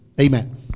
Amen